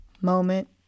moment